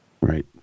right